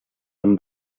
amb